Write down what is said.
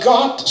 God